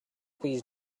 please